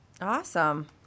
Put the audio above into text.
Awesome